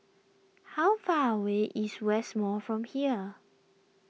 how far away is West Mall from here